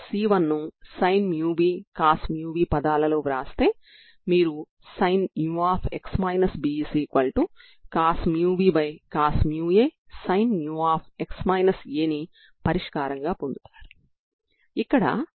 కాబట్టి Xxc1cos μx c2sin μx సాధారణ పరిష్కారం అవుతుంది